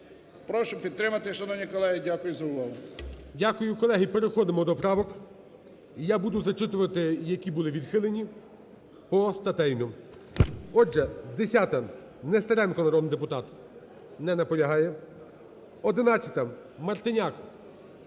Прошу підтримати, шановні колеги. Дякую за увагу. ГОЛОВУЮЧИЙ. Дякую. Колеги, переходимо до правок. І я буду зачитувати, які були відхилені постатейно. Отже, 10-а. Нестеренко народний депутат. Не наполягає. 11-а. Мартиняк.